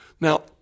Now